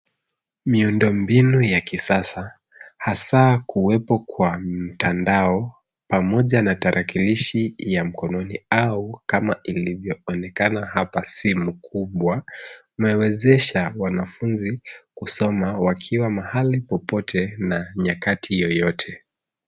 Mindo mbino ya kisasa, hasaa kuwepo kwa mtandao pamoja na tarakilishi ya mkononi au kama inavyoonekana hapa simu kubwa inawezesha wanafunzi kusoma wakiwa mahali popote na nyakati yoyote.